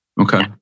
Okay